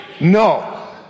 No